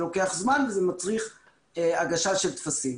זה לוקח זמן וזה מצריך הגשה של טפסים.